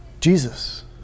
Jesus